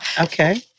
okay